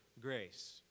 grace